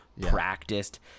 practiced